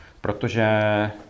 Protože